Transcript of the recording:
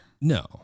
No